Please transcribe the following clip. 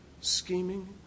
scheming